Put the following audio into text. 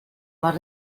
más